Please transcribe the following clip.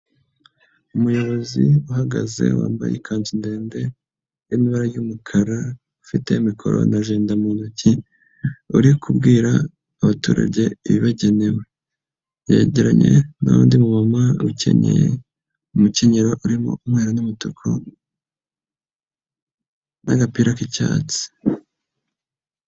Umuyobozi uhagaze wambaye ikanzu ndende y'ibara ry'umukara, ufite mikoro na agenda mu ntoki, ari kubwira abaturage ibibagenewe yegeranye n'undi muntuma ukennyeye umukenyero urimo umwe n'umutuku, n'agapira k'icyatsi.